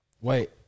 Wait